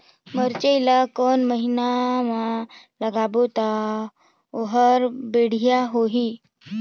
मिरचा ला कोन महीना मा लगाबो ता ओहार बेडिया होही?